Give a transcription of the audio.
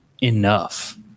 enough